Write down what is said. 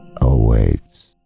awaits